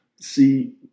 see